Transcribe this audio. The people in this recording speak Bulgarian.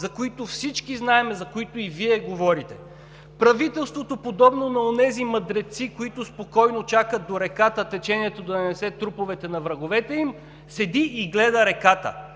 за които всички знаем, за които и Вие говорите. Правителството, подобно на онези мъдреци, които спокойно чакат до реката течението да донесе труповете на враговете им, седи и гледа реката,